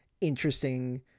interesting